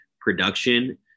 Production